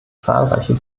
zahlreiche